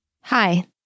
Hi